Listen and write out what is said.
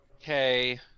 Okay